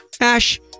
Ash